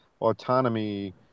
autonomy